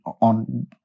on